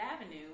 Avenue